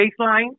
baseline